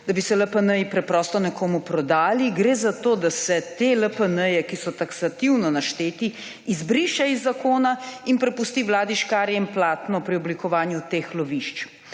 da bi se LPN preprosto nekomu prodali, gre za to, da se te LPN, ki so taksativno našteti, izbriše iz zakona in prepusti vladi škarje in platno pri oblikovanju teh lovišč.